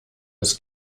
des